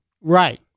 Right